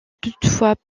toutefois